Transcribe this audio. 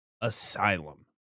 Asylum